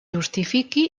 justifiqui